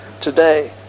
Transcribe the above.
today